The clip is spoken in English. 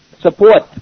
support